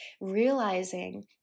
realizing